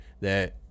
that-